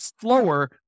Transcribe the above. slower